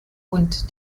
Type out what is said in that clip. und